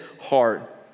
heart